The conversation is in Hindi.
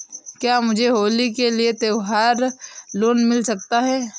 क्या मुझे होली के लिए त्यौहार लोंन मिल सकता है?